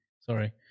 Sorry